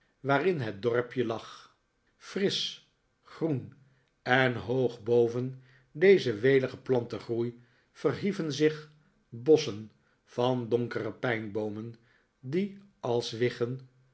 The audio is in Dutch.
waarin het dorpje lag frisch groen en hoog boven dezen weligen plantengroei verhieven zich bosschen van donkere pijnboomen die als